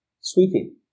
sweeping